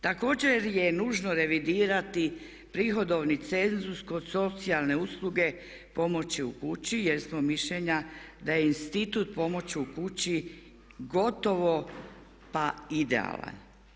Također je nužno revidirati prihodovni cenzus kod socijalne usluge pomoći u kući jer smo mišljenja da je institut pomoći u kući gotovo pa idealan.